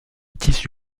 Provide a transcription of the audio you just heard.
tissu